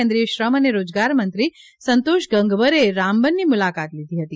કેન્દ્રિય શ્રમ અને રોજગાર મંત્રી સંતોષ ગંગવારે રામબનની મુલાકાત લીધી હતી